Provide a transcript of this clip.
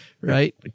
right